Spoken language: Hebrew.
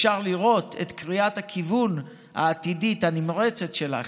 אפשר לראות את קריאת הכיוון העתידית הנמרצת שלך.